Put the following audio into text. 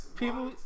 people